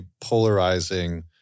polarizing